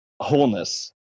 wholeness